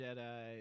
Jedi